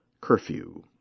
curfew